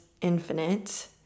infinite